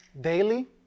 daily